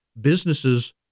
businesses